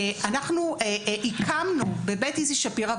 אנחנו הקמנו בבית איזי שפירא,